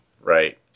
Right